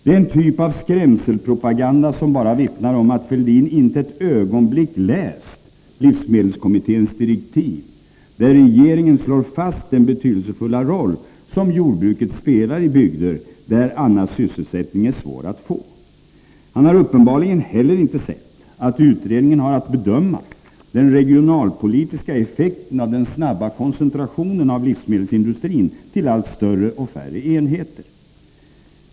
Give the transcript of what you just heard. Det är en typ av skrämselpropaganda som bara vittnar om att Fälldin inte ett ögonblick läst livsmedelskommitténs direktiv, där regeringen slår fast den betydelsefulla roll som jordbruket spelar i bygder där annan sysselsättning är svår att få. Han har uppenbarligen heller inte sett att utredningen har att bedöma den regionalpolitiska effekten av den snabba koncentrationen av livsmedelsindustrin till allt större och färre enheter.